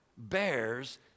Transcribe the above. bears